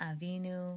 Avinu